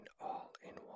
all-in-one